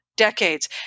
decades